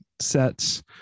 sets